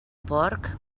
porc